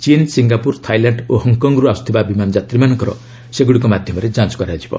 ଚୀନ୍ Singapore Thailand ଓ ହଙ୍ଗ୍କଙ୍ଗ୍ରୁ ଆସୁଥିବା ବିମାନଯାତ୍ରୀମାନଙ୍କର ସେଗୁଡ଼ିକ ମାଧ୍ୟମରେ ଯାଞ୍ଚ କରାଯିବ